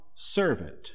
servant